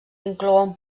inclouen